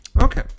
Okay